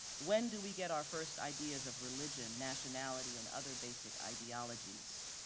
when do we get our first ideas of religion, nationality and other basic ideologies?